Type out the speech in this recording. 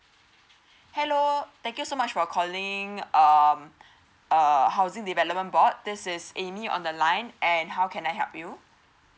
hello thank you so much for calling um err housing development board this is amy on the line and how can I help you